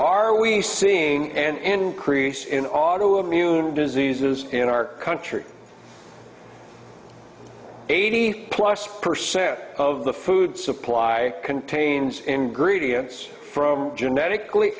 are we seeing an increase in auto immune diseases in our country eighty plus percent of the food supply contains ingredients from genetically